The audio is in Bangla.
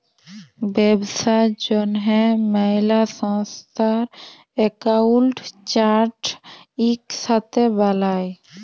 ব্যবসার জ্যনহে ম্যালা সংস্থার একাউল্ট চার্ট ইকসাথে বালায়